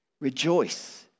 Rejoice